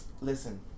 Listen